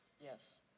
Yes